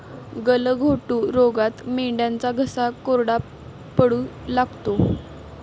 गलघोटू रोगात मेंढ्यांचा घसा कोरडा पडू लागतो